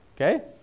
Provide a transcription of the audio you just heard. okay